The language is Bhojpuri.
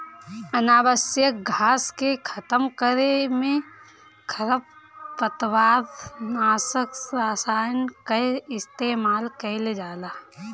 अनावश्यक घास के खतम करे में खरपतवार नाशक रसायन कअ इस्तेमाल कइल जाला